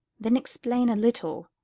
then explain a little.